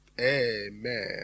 Amen